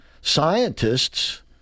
scientists